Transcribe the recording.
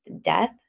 death